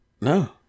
No